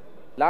למה?